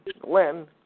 Glenn